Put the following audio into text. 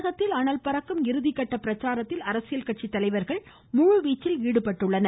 தமிழகத்தில் அனல் பறக்கும் இறுதி கட்ட பிரச்சாரத்தில் அரசியல் கட்சி தலைவர்கள் முழுவீச்சில் ஈடுபட்டுள்ளனர்